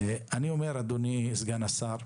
אדוני סגן השר,